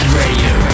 radio